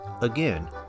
Again